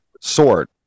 sword